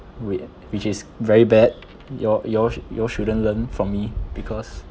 which which is very bad you all you all sh~ you all shouldn't learn from me because